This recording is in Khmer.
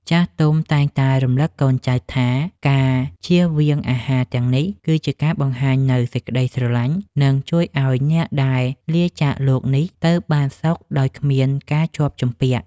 ចាស់ទុំតែងតែរំលឹកកូនចៅថាការជៀសវាងអាហារទាំងនេះ គឺជាការបង្ហាញនូវសេចក្តីស្រឡាញ់ និងជួយឱ្យអ្នកដែលលាចាកលោកនេះ ទៅបានសុខដោយគ្មានការជាប់ជំពាក់។